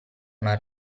una